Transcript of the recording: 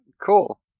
cool